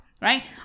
Right